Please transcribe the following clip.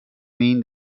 mean